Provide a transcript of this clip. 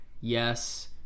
Yes